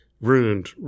Ruined